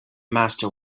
master